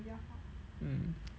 mm